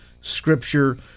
Scripture